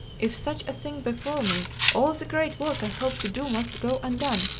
if such a thing befall me, all the great work i hoped to do must go undone,